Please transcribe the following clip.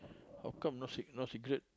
how come no cigar no cigarettes